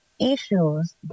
issues